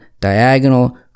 diagonal